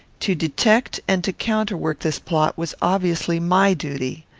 to detect and to counterwork this plot was obviously my duty.